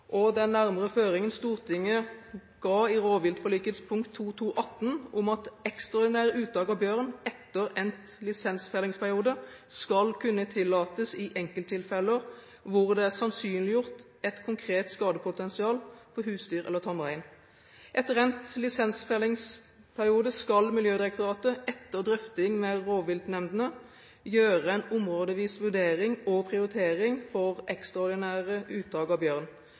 og den nærmere føringen Stortinget ga i rovviltforlikets punkt 2.2.18 om at ekstraordinære uttak av bjørn etter endt lisensfellingsperiode skal kunne tillates i enkelttilfeller hvor det er sannsynliggjort et konkret skadepotensial på husdyr eller tamrein. Etter endt lisensfellingsperiode skal Miljødirektoratet, etter drøfting med rovviltnemndene, gjøre en områdevis vurdering og prioritering for ekstraordinære uttak av bjørn.